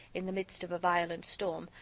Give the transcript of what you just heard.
in the midst of a violent storm,